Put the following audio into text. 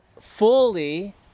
fully